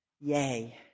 Yay